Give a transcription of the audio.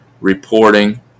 reporting